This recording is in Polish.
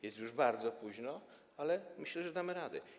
Jest już bardzo późno, ale myślę, że damy radę.